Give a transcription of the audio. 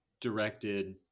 directed